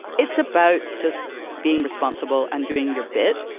it's about just being responsible and doing your bit.